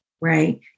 right